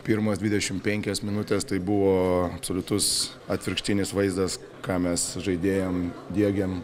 pirmas dvidešim penkias minutes tai buvo absoliutus atvirkštinis vaizdas ką mes žaidėjam diegėm